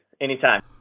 Anytime